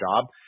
job